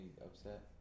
upset